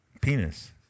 Penis